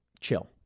chill